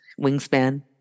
wingspan